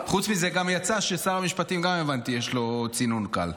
חוץ מזה, יצא שגם לשר המשפטים יש צינון קל.